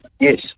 yes